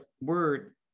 word